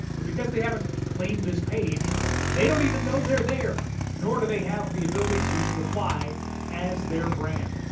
but because they haven't claimed this page they don't even know they're there nor do they have the ability to reply as their brand.